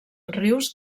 rius